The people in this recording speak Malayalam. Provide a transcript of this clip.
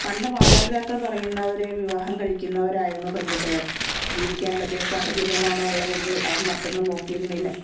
പണ്ട് മാതാപിതാക്കൾ പറയുന്നവരെ വിവാഹം കഴിക്കുന്നവരായിരുന്നു പെൺകുട്ടികൾ ജീവിക്കാൻ പറ്റിയ സാഹചര്യമാണ് ഉള്ളതെങ്കിൽ അവർ മറ്റൊന്നും നോക്കിയിരുന്നില്ല